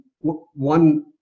one